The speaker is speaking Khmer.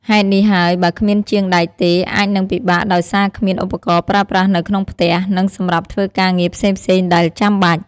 ហេតុនេះហើយ បើគ្មានជាងដែកទេ អាចនឹងពិបាកដោយសារគ្មានឧបករណ៍ប្រើប្រាស់នៅក្នុងផ្ទះ និងសម្រាប់ធ្វើការងារផ្សេងៗដែលចាំបាច់។